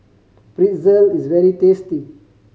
pretzel is very tasty